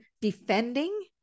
defending